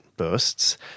bursts